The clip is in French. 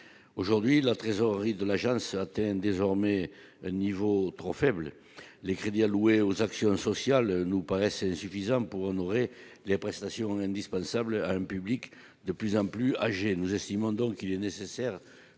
aujourd'hui, la trésorerie de l'agence atteint désormais un niveau trop faible, les crédits alloués aux actions sociales nous paraissent suffisants pour honorer les prestations indispensables à un public de plus en plus âgés, nous estimons donc il est nécessaire